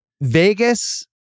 Vegas